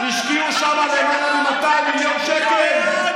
השקיעו שם למעלה מ-200 מיליון שקל.